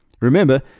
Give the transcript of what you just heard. Remember